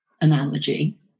analogy